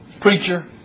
preacher